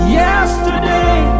yesterday